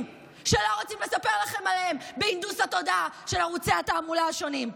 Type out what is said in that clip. שלא רוצים לספר לכם עליהם בהנדוס התודעה של ערוצי התעמולה השונים.